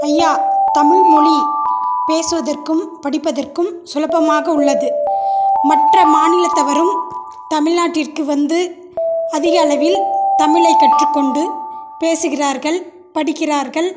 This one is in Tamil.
ஐயா தமிழ்மொழி பேசுவதற்கும் படிப்பதற்கும் சுலபமாக உள்ளது மற்ற மாநிலத்தவரும் தமிழ்நாட்டிற்கு வந்து அதிகளவில் தமிழைக் கற்றுக்கொண்டு பேசுகிறார்கள் படிக்கிறார்கள்